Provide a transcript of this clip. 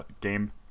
Game